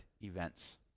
events